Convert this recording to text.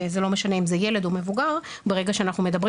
זה לא משנה אם זה ילד או מבוגר ברגע שאנחנו מדברים